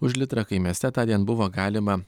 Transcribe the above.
už litrą kai mieste tądien buvo galima